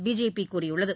BJP கூறியுள்ளது